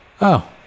Oh